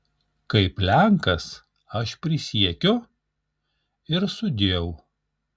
kaip lenkas aš prisiekiu ir sudieu